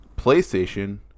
PlayStation